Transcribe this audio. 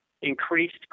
increased